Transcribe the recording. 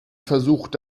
versucht